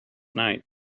night